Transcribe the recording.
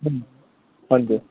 हजुर